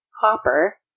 Hopper